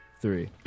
three